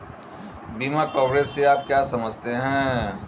बीमा कवरेज से आप क्या समझते हैं?